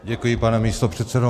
Děkuji, pane místopředsedo.